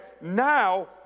now